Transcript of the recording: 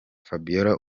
fabiola